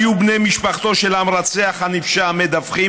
לו היו בני משפחתו של המרצח הנפשע מדווחים